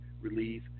relief